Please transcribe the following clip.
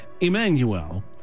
Emmanuel